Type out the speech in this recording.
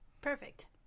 Perfect